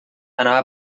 anava